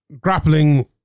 grappling